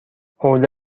حوله